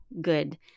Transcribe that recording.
good